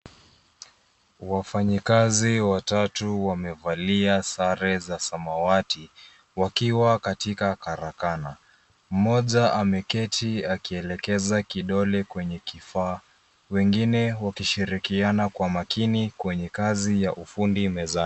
Wafanyikazi watatu wamevalia sare za samawati wakiwa katika karakana. Mmoja ameketi akielekeza kidole kwenye kifaa. Wengine wakishirikiana kwa makini kwenye kazi ya ufundi mezani.